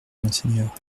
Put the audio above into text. monseigneur